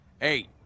Eight